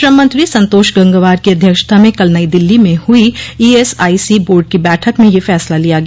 श्रम मंत्री संतोष गंगवार की अध्यक्षता में कल नई दिल्ली में हुई ईएसआईसी बोर्ड की बैठक में यह फैसला लिया गया